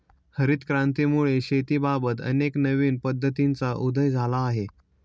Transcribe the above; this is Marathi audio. हरित क्रांतीमुळे शेतीबाबत अनेक नवीन पद्धतींचा उदय झाला आहे